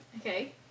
Okay